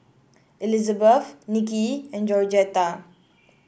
Elizabeth Nicky and Georgetta